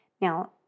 Now